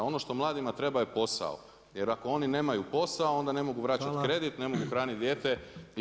Ono što mladima treba je posao jer ako oni nemaju posao ne mogu vraćati krediti, ne mogu hraniti dijete itd.